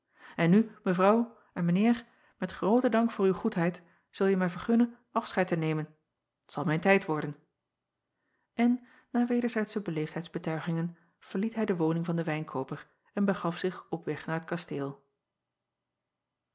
en nu evrouw en mijn eer met grooten dank voor uw goedheid zulje mij vergunnen afscheid te nemen het zal mijn tijd worden n na wederzijdsche beleefdheidsbetuigingen verliet hij de woning van den wijnkooper en begaf zich op weg naar t kasteel